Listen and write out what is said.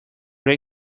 may